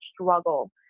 struggle